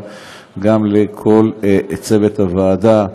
גם לכל צוות הוועדה,